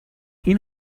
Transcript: این